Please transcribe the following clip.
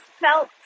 felt